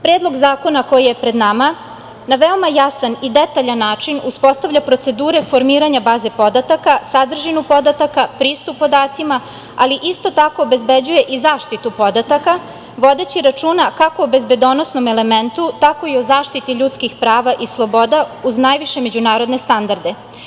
Predlog zakona koji je pred nama na veoma jasan i detaljan način uspostavlja procedure formiranja baze podataka, sadržinu podataka, pristup podacima, ali isto tako obezbeđuje i zaštitu podataka, vodeći računa kako o bezbednosnom, tako i o zaštiti ljudskih prava i sloboda uz najviše međunarodne standarde.